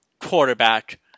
quarterback